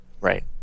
Right